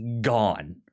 gone